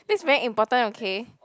that's very important okay